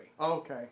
Okay